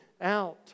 out